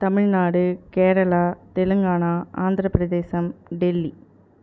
Tamil Nadu Kerala Telangana Andhra Pradesh Delhi